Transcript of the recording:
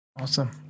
Awesome